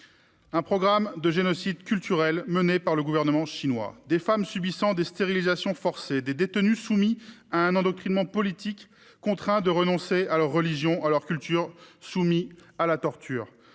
programme de génocide culturel mené par le gouvernement chinois : des femmes subissant des stérilisations forcées ; des détenus soumis à un endoctrinement politique, contraints de renoncer à leur religion, à leur culture, soumis à la torture.